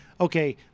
Okay